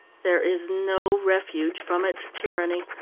there is no refuge from its tyranny,